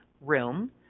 room